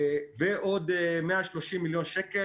ועוד 130 מיליון שקל,